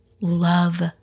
love